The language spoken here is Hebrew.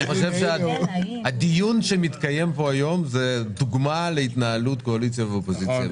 הדיון שמתקיים פה היום הוא דוגמה להתנהלות קואליציה ואופוזיציה.